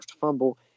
fumble